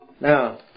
Now